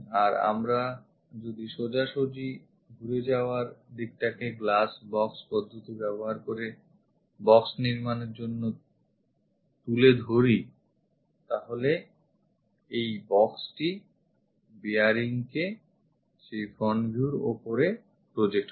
আর আমরা যদি সোজাসুজি ঘুরে যাওয়ার দিকটাকে glassbox পদ্ধতি ব্যবহার করে box নির্মাণের জন্য তুলে ধরি তাহলে এই box টি bearing কে সেই front view র ওপরে project করে